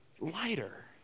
lighter